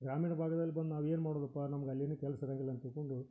ಗ್ರಾಮೀಣ ಭಾಗದಲ್ ಬಂದು ನಾವು ಏನು ಮಾಡೋದಪ್ಪ ನಮ್ಗೆ ಅಲ್ಲಿ ಏನು ಕೆಲಸ ಈಗಿಲ್ಲ ಅಂತ ಹೇಳಿಕೊಂಡು